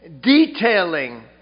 detailing